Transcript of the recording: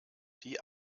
die